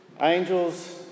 angels